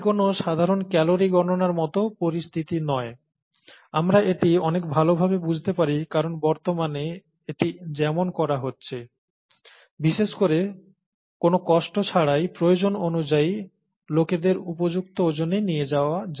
এটি কোনও সাধারণ ক্যালোরি গণনার মতো পরিস্থিতি নয় আমরা এটি অনেক ভালভাবে বুঝতে পারি কারণ বর্তমানে এটি যেমন করা হচ্ছে বিশেষ কোন কষ্ট ছাড়াই প্রয়োজন অনুযায়ী লোকেদের উপযুক্ত ওজনে নিয়ে যাওয়া